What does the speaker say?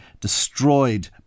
destroyed